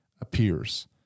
appears